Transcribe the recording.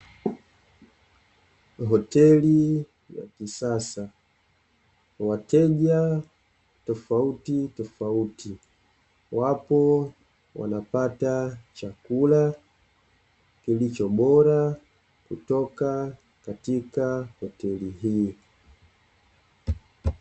Hoteli ya kisasa na wateja tofautitofauti wapo wanapata chakula kilicho bora kutoka katika hoteli hii.